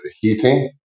heating